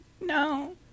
No